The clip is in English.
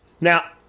Now